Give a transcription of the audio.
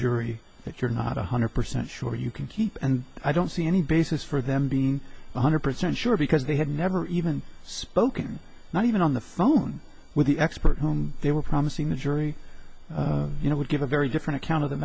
jury that you're not one hundred percent sure you can keep and i don't see any basis for them being one hundred percent sure because they had never even spoken not even on the phone with the expert whom they were promising the jury you know would give a very different account of the